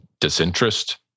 Disinterest